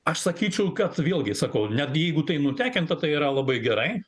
aš sakyčiau kad vėlgi sakau netgi jeigu tai nutekinta tai yra labai gerai